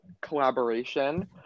collaboration